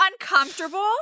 uncomfortable